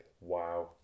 wow